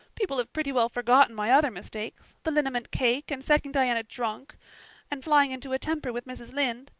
people have pretty well forgotten my other mistakes the liniment cake and setting diana drunk and flying into a temper with mrs. lynde.